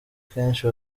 kenshi